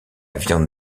viande